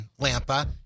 Lampa